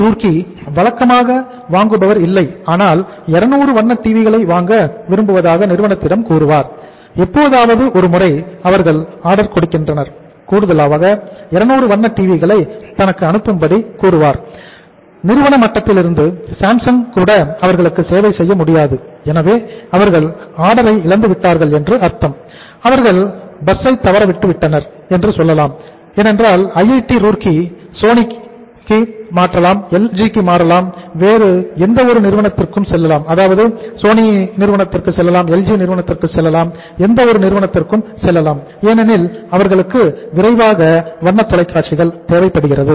ரூர்க்கி அல்லது வேறு ஏதேனும் ஒரு நிறுவனத்திற்கு செல்லலாம் ஏனெனில் அவர்களுக்கு விரைவாக தேவைப்படுகிறது